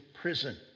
prison